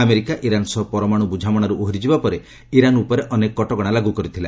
America Iran ସହ ପରମାଣୁ ବୁଝାମଣାରୁ ଓହରିଯିବା ପରେ ଇରାନ୍ ଉପରେ ଅନେକ କଟକଣା ଲାଗୁ କରିଥିଲା